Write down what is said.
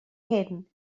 hyn